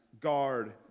guard